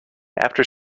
after